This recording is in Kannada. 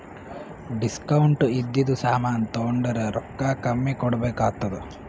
ಡಿಸ್ಕೌಂಟ್ ಇದ್ದಿದು ಸಾಮಾನ್ ತೊಂಡುರ್ ರೊಕ್ಕಾ ಕಮ್ಮಿ ಕೊಡ್ಬೆಕ್ ಆತ್ತುದ್